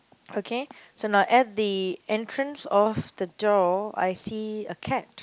okay so now at the entrance of the door I see a cat